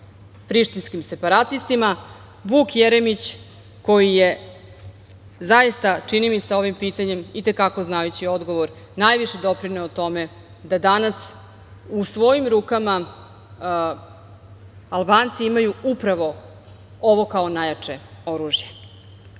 prištinskim separatistima, Vuk Jeremić koji je zaista, čini mi se, ovim pitanjem, itekako znajući odgovor, najviše doprineo tome da danas u svojim rukama Albanci imaju upravo ovo kao najjače oružje. Takođe